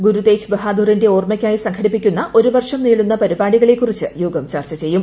ഗുരു തേജ് ബഹാദൂറിന്റേ ഓർമ്മയ്ക്കായി സംഘടിപ്പിക്കുന്ന ഒരു വർഷം നീളുന്ന പരിപാടികളെ കുറിച്ച് യോഗം ചർച്ചു ചെയ്യും